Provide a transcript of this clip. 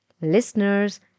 Listeners